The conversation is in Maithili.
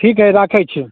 ठीक हइ राखैत छी